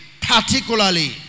particularly